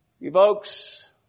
evokes